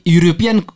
European